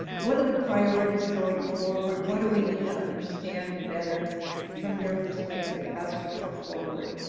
what are the priorities going forward, what do we need to understand better from your perspective as we go forward.